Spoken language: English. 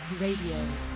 Radio